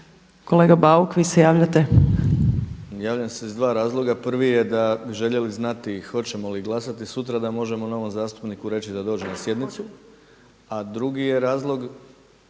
**Bauk, Arsen (SDP)** Javljam se iz dva razloga. Prvi je da bi željeli znati hoćemo li glasati sutra da možemo novom zastupniku reći da dođe na sjednicu. A drugi je razlog